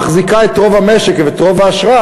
מחזיקה את רוב המשק, גם את רוב האשראי.